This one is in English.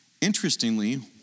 Interestingly